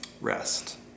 rest